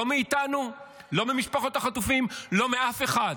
לא מאיתנו, לא ממשפחות החטופים ולא מאף אחד.